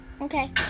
Okay